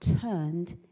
turned